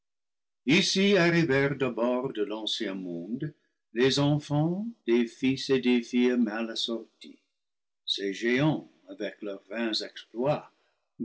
ici arrivèrent d'abord de l'ancien monde les enfants des fils et des filles mal assortis ces géants avec leurs vains exploits